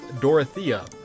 Dorothea